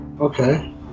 Okay